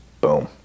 Boom